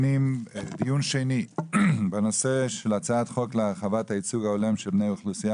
דיון שני בהצעת חוק להרחבת הייצוג ההולם של בני האוכלוסייה